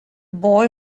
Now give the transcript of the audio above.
boy